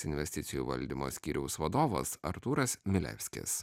investicijų valdymo skyriaus vadovas artūras milevskis